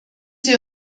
sie